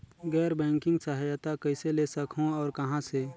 गैर बैंकिंग सहायता कइसे ले सकहुं और कहाँ से?